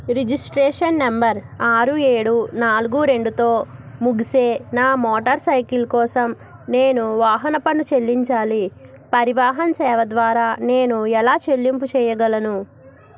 registration number ఆరు ఏడు నాలుగు రెండుతో ముగిసే నా మోటార్ సైకిల్ కోసం నేను వాహన పన్ను చెల్లించాలి పరివాహన్ సేవ ద్వారా నేను ఎలా చెల్లింపు చేయగలను